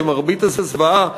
למרבה הזוועה,